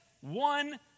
one